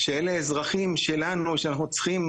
שאלה אזרחים, שלנו, שאנחנו צריכים